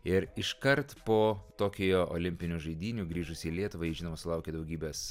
ir iškart po tokijo olimpinių žaidynių grįžusi į lietuvą ji žinoma sulaukė daugybės